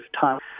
time